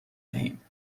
دهیم